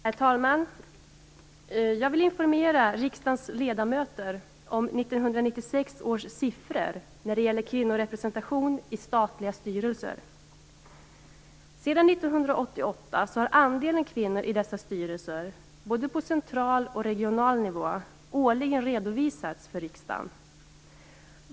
Herr talman! Jag vill informera riksdagens ledamöter om 1996 års siffror när det gäller kvinnorepresentation i statliga styrelser. Sedan 1988 har andelen kvinnor i dessa styrelser, både på central och regional nivå, årligen redovisats för riksdagen.